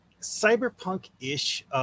cyberpunk-ish